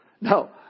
No